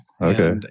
Okay